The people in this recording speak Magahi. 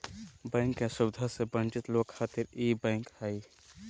बैंक के सुविधा से वंचित लोग खातिर ई बैंक हय